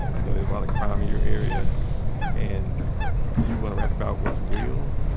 you know, there's a lot of crime in your area and you want to rap about what's real,